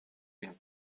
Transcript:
been